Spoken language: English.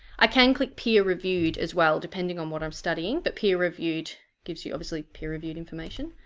i can click peer reviewed as well depending on what i'm studying but peer reviewed gives you obviously peer reviewed information.